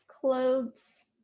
clothes